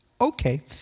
okay